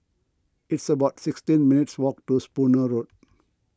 it's about sixteen minutes' walk to Spooner Road